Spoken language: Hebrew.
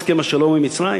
הסכם השלום עם מצרים.